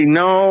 no